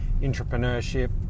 entrepreneurship